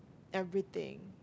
everything